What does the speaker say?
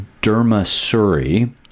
Dermasuri